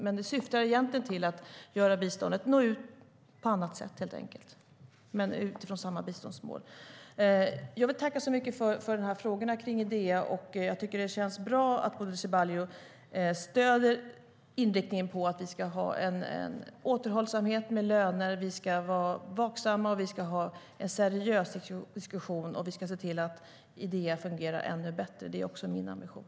Men det syftar helt enkelt till att man ska nå ut på ett annat sätt med biståndet, men utifrån samma biståndsmål. Jag vill tacka så mycket för frågorna kring Idea. Jag tycker att det känns bra att Bodil Ceballos stöder inriktningen: Vi ska ha en återhållsamhet när det gäller löner. Vi ska vara vaksamma. Vi ska ha en seriös diskussion. Och vi ska se till att Idea fungerar ännu bättre. Det är också min ambition.